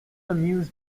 amuse